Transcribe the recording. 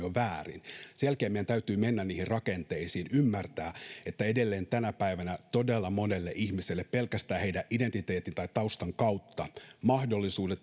on väärin sen jälkeen meidän täytyy mennä niihin rakenteisiin ymmärtää että edelleen tänä päivänä todella monelle ihmiselle pelkästään heidän identiteettinsä tai taustansa kautta mahdollisuudet